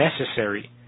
necessary